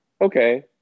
okay